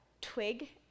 twig